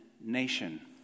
Nation